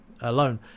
alone